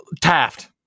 Taft